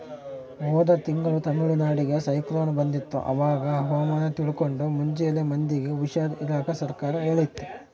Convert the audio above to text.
ಹೋದ ತಿಂಗಳು ತಮಿಳುನಾಡಿಗೆ ಸೈಕ್ಲೋನ್ ಬಂದಿತ್ತು, ಅವಾಗ ಹವಾಮಾನ ತಿಳ್ಕಂಡು ಮುಂಚೆಲೆ ಮಂದಿಗೆ ಹುಷಾರ್ ಇರಾಕ ಸರ್ಕಾರ ಹೇಳಿತ್ತು